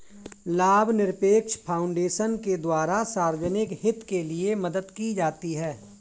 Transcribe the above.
लाभनिरपेक्ष फाउन्डेशन के द्वारा सार्वजनिक हित के लिये मदद दी जाती है